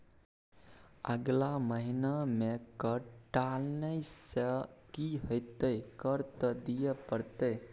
अगला महिना मे कर टालने सँ की हेतौ कर त दिइयै पड़तौ